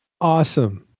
Awesome